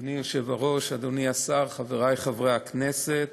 אדוני היושב-ראש, אדוני השר, חברי חברי הכנסת,